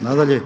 Nadalje,